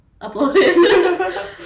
uploaded